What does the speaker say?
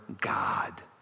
God